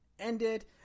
ended